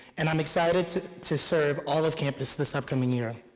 and i'm excited to serve all of campus this upcoming year.